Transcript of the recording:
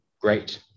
great